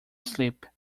sleep